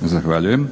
Zahvaljujem.